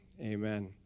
Amen